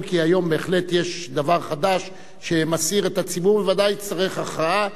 אם כי היום בהחלט יש דבר חדש שמסעיר את הציבור ובוודאי יצטרך הכרעה.